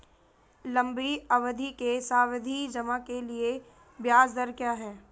लंबी अवधि के सावधि जमा के लिए ब्याज दर क्या है?